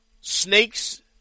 snakes